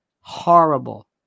Horrible